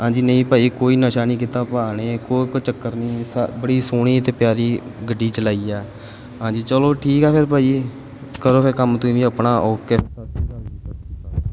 ਹਾਂਜੀ ਨਹੀਂ ਭਾਅ ਜੀ ਕੋਈ ਨਸ਼ਾ ਨਹੀਂ ਕੀਤਾ ਭਾਅ ਨੇ ਕੋ ਕੋਈ ਚੱਕਰ ਨਹੀਂ ਸਾ ਬੜੀ ਸੋਹਣੀ ਅਤੇ ਪਿਆਰੀ ਗੱਡੀ ਚਲਾਈ ਆ ਹਾਂਜੀ ਚਲੋ ਠੀਕ ਆ ਫੇਰ ਭਾਅ ਜੀ ਕਰੋ ਫਿਰ ਕੰਮ ਤੁਸੀਂ ਵੀ ਆਪਣਾ ਓਕੇ ਸਤਿ ਸ਼੍ਰੀ ਅਕਾਲ ਜੀ ਸਤਿ ਸ਼੍ਰੀ ਅਕਾਲ